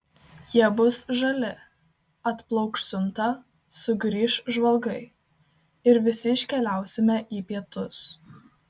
jie bus žali atplauks siunta sugrįš žvalgai ir visi iškeliausime į pietus